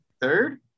third